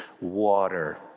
water